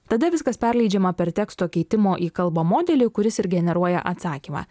tada viskas perleidžiama per teksto keitimo į kalbą modelį kuris ir generuoja atsakymą